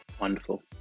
wonderful